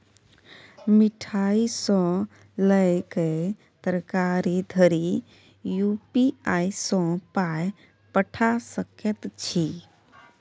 मिठाई सँ लए कए तरकारी धरि यू.पी.आई सँ पाय पठा सकैत छी